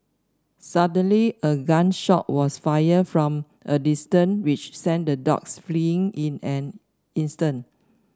suddenly a gun shot was fired from a distance which sent the dogs fleeing in an instant